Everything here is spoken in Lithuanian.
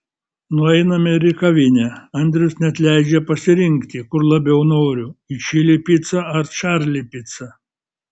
nueiname ir į kavinę andrius net leidžia pasirinkti kur labiau noriu į čili picą ar čarli picą